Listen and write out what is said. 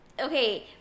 Okay